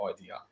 idea